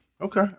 Okay